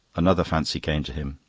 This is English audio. another fancy came to him,